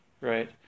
Right